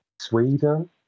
Sweden